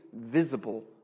visible